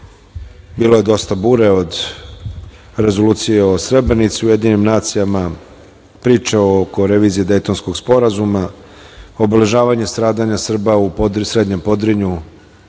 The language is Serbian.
bilo je dosta bure od Rezolucije o Srebrnici, o Ujedinjenim nacijama priče oko revizije Dejtonskog sporazuma, obeležavanje stradanja Srba u Srednjem Podrinju,